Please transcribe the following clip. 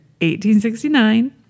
1869